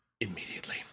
immediately